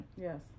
Yes